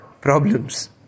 problems